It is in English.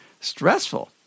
stressful